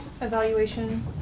evaluation